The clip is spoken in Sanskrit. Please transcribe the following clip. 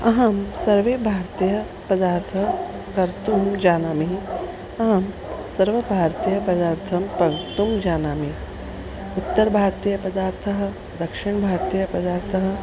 अहं सर्वे भारतीयपदार्थानि कर्तुं जानामि अहं सर्वभारतीयपदार्थानि पक्तुं जानामि उत्तरभारतीयपदार्थानि दक्षिण्भारतीयपदार्थानि